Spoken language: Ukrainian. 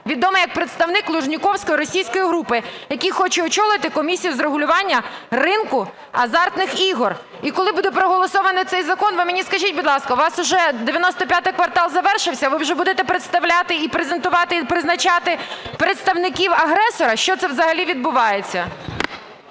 відомий як представник "лужніковської російської групи", який хоче очолити комісію з регулювання ринку азартних ігор. І коли буде проголосований цей закон, ви мені скажіть, будь ласка, у вас уже "95 квартал" завершився? Ви вже будете представляти і презентувати, і призначати представників агресора? Що це взагалі відбувається?